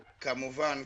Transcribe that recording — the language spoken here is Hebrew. כמובן.